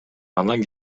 анан